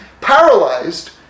paralyzed